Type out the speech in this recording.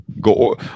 Go